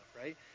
right